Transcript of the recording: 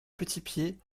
petitpied